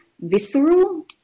visceral